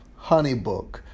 HoneyBook